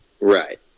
right